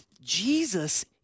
Jesus